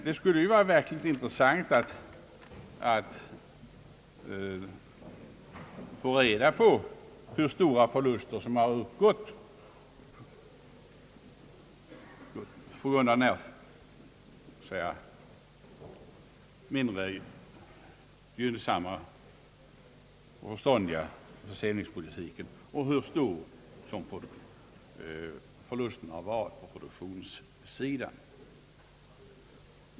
Det skulle verkligen vara intressant att få reda på hur stora förlusterna varit på grund av denna olyckliga försäljningspolitik och hur stora förlusterna har varit på produktionssidan.